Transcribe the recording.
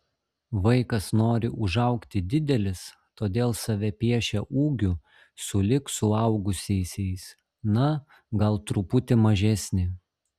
vaikas nori užaugti didelis todėl save piešia ūgiu sulig suaugusiaisiais na gal truputį mažesnį